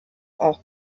auch